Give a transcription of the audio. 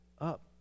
up